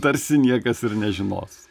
tarsi niekas ir nežinos